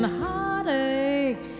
heartache